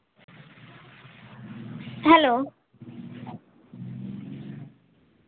hello